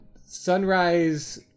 Sunrise